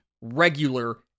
regular